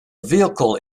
vehicle